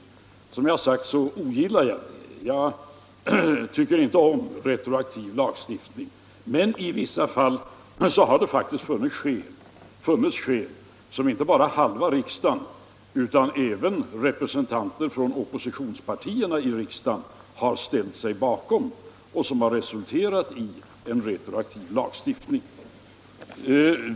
Som jag sagt ogillar jag detta — jag tycker inte om retroaktiv lagstiftning — men i vissa fall har det faktiskt funnits skäl, som inte bara halva riksdagen utan även representanter för oppositionspartierna i riksdagen har ställt sig bakom, för en retroaktiv lagstiftning, och då har de också resulterat i en sådan.